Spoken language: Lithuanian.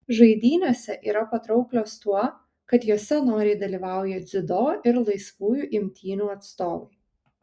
žaidynėse yra patrauklios tuo kad jose noriai dalyvauja dziudo ir laisvųjų imtynių atstovai